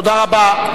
תודה רבה.